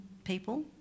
people